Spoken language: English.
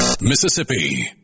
Mississippi